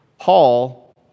Paul